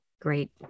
Great